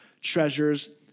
treasures